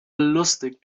lustig